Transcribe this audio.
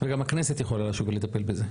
וגם הכנסת יכולה לשוב ולטפל בזה.